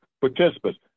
participants